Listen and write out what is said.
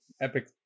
epic